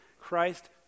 christ